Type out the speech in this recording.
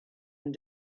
and